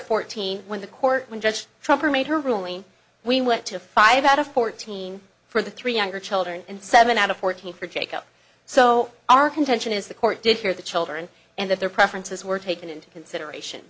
fourteen when the court when judge trumper made her ruling we went to five out of fourteen for the three younger children and seven out of fourteen for take up so our contention is the court did hear the children and that their preferences were taken into consideration